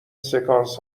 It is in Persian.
سکانس